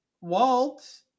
Walt